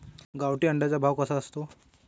गावठी अंड्याचा भाव कसा असतो?